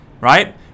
right